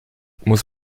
muss